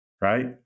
Right